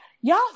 y'all